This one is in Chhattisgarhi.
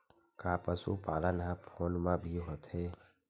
का पशुपालन ह फोन म भी होथे?